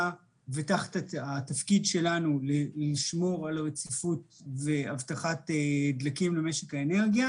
והתפקיד שלנו לשמור על הרציפות והבטחת דלקים למשק האנרגיה.